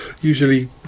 Usually